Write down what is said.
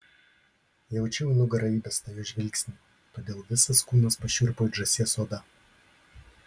jaučiau į nugarą įbestą jo žvilgsnį todėl visas kūnas pašiurpo it žąsies oda